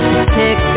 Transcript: Pick